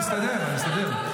בסדר, בסדר.